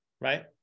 Right